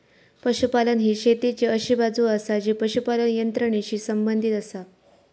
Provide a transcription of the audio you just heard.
पशुपालन ही शेतीची अशी बाजू आसा जी पशुपालन यंत्रणेशी संबंधित आसा